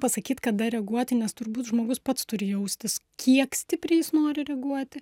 pasakyt kada reaguoti nes turbūt žmogus pats turi jaustis kiek stipriai jis nori reaguoti